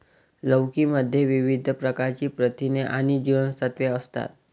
लौकी मध्ये विविध प्रकारची प्रथिने आणि जीवनसत्त्वे असतात